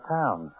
town